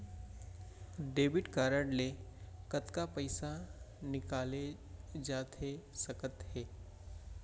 Debit card ले कतका पइसा निकाले जाथे सकत हे?